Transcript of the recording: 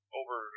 over